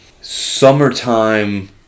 summertime